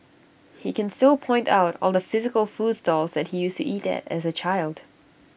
he can still point out all the physical food stalls that he used to eat at as A child